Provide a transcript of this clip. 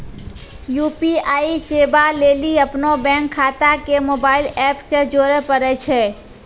UPI सेबा लेली अपनो बैंक खाता के मोबाइल एप से जोड़े परै छै